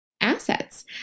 assets